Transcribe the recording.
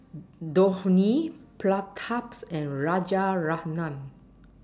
Dhoni Prataps and Rajaratnam